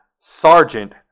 Sergeant